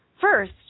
First